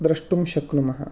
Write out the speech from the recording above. द्रष्टुं शक्नुमः